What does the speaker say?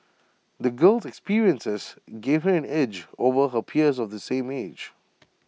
the girl's experiences gave her an edge over her peers of the same age